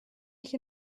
ich